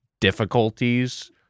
difficulties